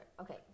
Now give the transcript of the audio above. okay